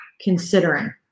considering